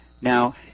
Now